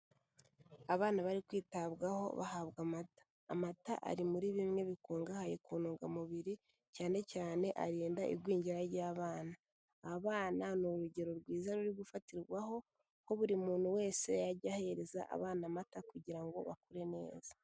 Abana bari kwitabwaho bahabwa amata, amata ari muri bimwe bikungahaye ku ntungamubiri, cyane cyane arinda igwingira ry'abana, abana ni urugero rwiza ruri gufatirwaho, ko buri muntu wese yajya ahereza abana amata kugira ngo bakure neza.